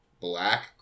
Black